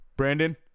Brandon